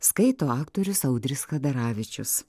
skaito aktorius audrius chadaravičius